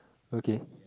okay